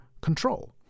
Control